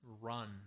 run